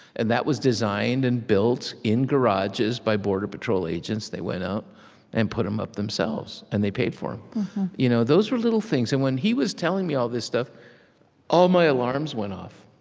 and that was designed and built in garages by border patrol agents they went out and put them up themselves. and they paid for them. you know those are little things and when he was telling me all this stuff all my alarms went off